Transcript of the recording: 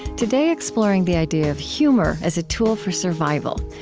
today, exploring the idea of humor as a tool for survival,